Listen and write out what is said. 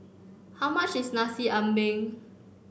how much is Nasi Ambeng